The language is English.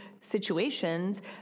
situations